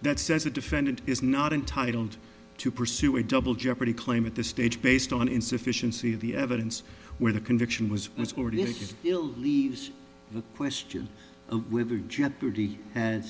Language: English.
that says a defendant is not entitled to pursue a double jeopardy claim at this stage based on insufficiency of the evidence where the conviction was already he's still leaves the question of whether jeopardy a